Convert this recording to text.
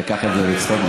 לקח את זה בצחוק,